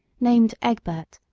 named egbert,